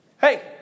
Hey